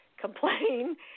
complain